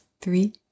three